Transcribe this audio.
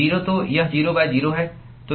0 तो यह 0 0 है